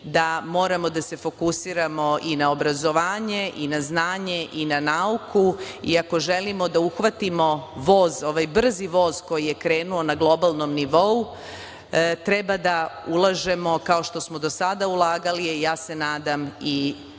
da moramo da se fokusiramo i na obrazovanje i na znanje i na nauku i, ako želimo da uhvatimo voz, ovaj brzi voz, koji je krenuo na globalnom nivou, treba da ulažemo, kao što smo do sada ulagali, a ja se nadam i više,